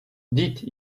vite